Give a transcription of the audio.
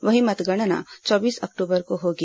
वहीं मतगणना चौबीस अक्टूबर को होगी